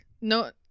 no